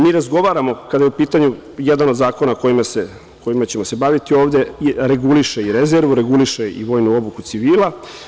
Mi razgovaramo kada je u pitanju jedan od zakona kojima ćemo se baviti ovde i reguliše i rezervu, reguliše i vojnu obuku civila.